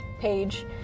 page